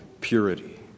purity